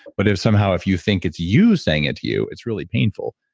but if somehow if you think it's you saying it to you, it's really painful.